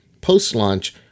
post-launch